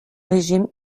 régime